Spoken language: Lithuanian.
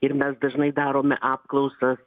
ir mes dažnai darome apklausas